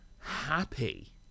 Happy